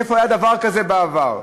איפה היה דבר כזה בעבר?